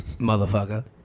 motherfucker